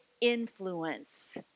influence